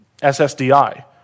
SSDI